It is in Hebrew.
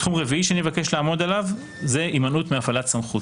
תחום רביעי שאבקש לעמוד עליה - הימנעות מהפעלת סמכות.